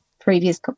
previous